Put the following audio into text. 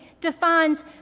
defines